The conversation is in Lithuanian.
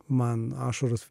man ašaros